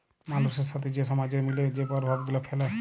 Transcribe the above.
মালুসের সাথে যে সমাজের মিলে যে পরভাব গুলা ফ্যালে